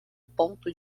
ponto